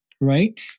right